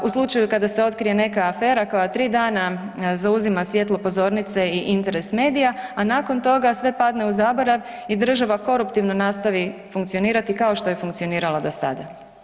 U slučaju kada se otkrije neka afera koja 3 dana zauzima svjetlo pozornice i interes medija, a nakon toga sve padne u zaborav i država koruptivno nastavi funkcionirati kao što je funkcionirala i do sada.